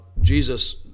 Jesus